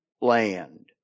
land